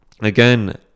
again